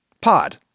pod